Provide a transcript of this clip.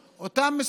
אותן רשויות תכנון,